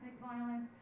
violence